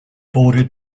bordered